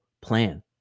plan